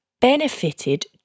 benefited